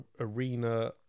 Arena